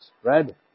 spread